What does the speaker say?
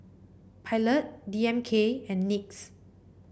Pilot D M K and NYX